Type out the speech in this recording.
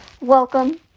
welcome